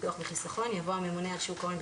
ביטוח וחיסכון" יבוא "הממונה על שוק ההון,